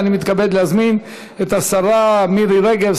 אני מתכבד להזמין את השרה מירי רגב,